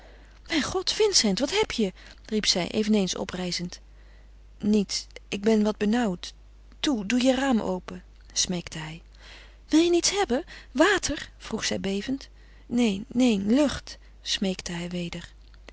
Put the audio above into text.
mijn god vincent wat heb je riep zij eveneens oprijzend niets ik ben wat benauwd toe doe je raam open smeekte hij wil je niets hebben water vroeg zij bevend neen neen lucht smeekte hij